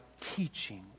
teaching